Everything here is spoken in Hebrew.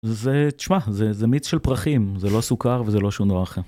זה תשמע זה זה מיץ של פרחים זה לא סוכר וזה לא שום דבר אחר.